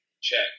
Check